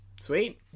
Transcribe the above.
Sweet